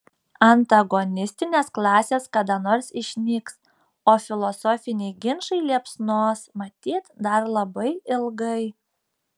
antagonistinės klasės kada nors išnyks o filosofiniai ginčai liepsnos matyt dar labai ilgai